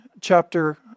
chapter